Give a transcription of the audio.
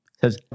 says